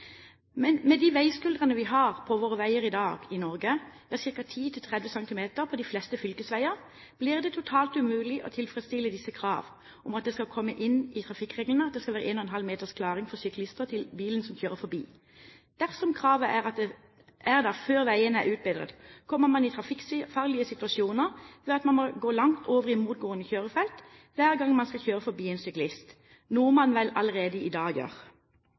Med de veiskuldrene vi har på våre veier i dag i Norge, ca. 10–30 cm på de fleste fylkesveier, blir det totalt umulig å tilfredsstille disse kravene om at det skal komme inn i trafikkreglene at det skal være 1,5 m klaring ved forbikjøring av syklister. Dersom kravet er der før veiene er utbedret, kommer man i trafikkfarlige situasjoner, for man må langt over i motgående kjørefelt hver gang man skal kjøre forbi en syklist, noe man allerede i dag gjør.